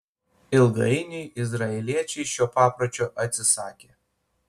ilgainiui izraeliečiai šio papročio atsisakė